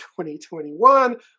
2021